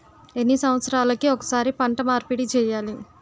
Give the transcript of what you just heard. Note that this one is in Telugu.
ఎన్ని సంవత్సరాలకి ఒక్కసారి పంట మార్పిడి చేయాలి?